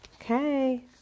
Okay